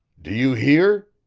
do you hear?